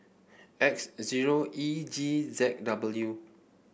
X zero E G Z W